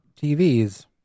TVs